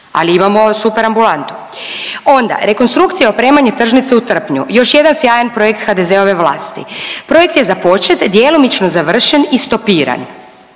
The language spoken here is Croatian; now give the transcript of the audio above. ali imamo super ambulantu. Onda, rekonstrukcija i opremanje tržnice u Trpnju. Još jedan sjajan projekt HDZ-ove vlasti. Projekt je započet, djelomično završen i stopiran.